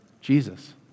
Jesus